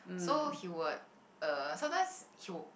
so he would uh sometimes he will